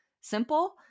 simple